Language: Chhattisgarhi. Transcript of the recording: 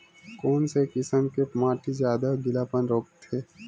कोन से किसम के माटी ज्यादा गीलापन रोकथे?